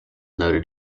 noted